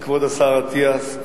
כבוד השר אטיאס.